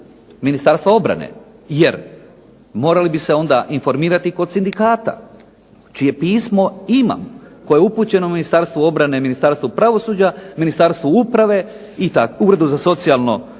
Ministarstva obrane, jer morali bi se onda informirati kod sindikata, čije pismo imam, koje je upućeno Ministarstvu obrane i Ministarstvu pravosuđa, Ministarstvu uprave, Uredu za socijalno